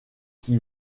qui